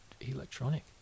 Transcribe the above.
electronic